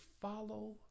follow